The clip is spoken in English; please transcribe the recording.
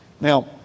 Now